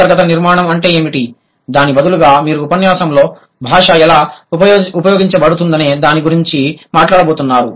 అంతర్గత నిర్మాణం అంటే ఏమిటి దాని బదులుగా మీరు ఉపన్యాసంలో భాష ఎలా ఉపయోగించబడుతుందనే దాని గురించి మాట్లాడబోతున్నారు